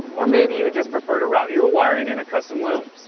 or maybe you'd just prefer to route your wiring in a custom loom.